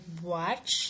watch